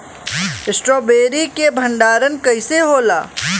Strawberry के भंडारन कइसे होला?